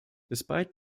despite